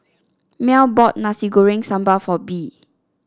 Mell bought Nasi Goreng Sambal for Bee